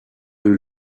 will